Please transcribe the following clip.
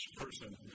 person